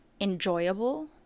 enjoyable